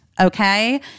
okay